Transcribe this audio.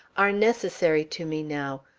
are necessary to me now,